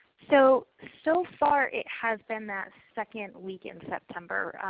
so so far it has been that second week in september.